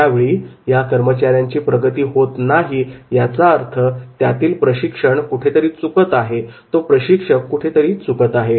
ज्यावेळी या कर्मचाऱ्यांची प्रगती होत नाही याचा अर्थ त्यातील प्रशिक्षण कुठेतरी चुकत आहे तो प्रशिक्षक कुठेतरी चुकत आहे